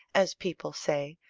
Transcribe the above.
as people say,